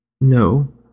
No